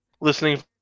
listening